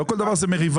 לא כל דבר הוא מריבה.